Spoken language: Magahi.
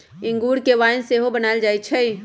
इंगूर से वाइन सेहो बनायल जाइ छइ